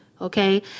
Okay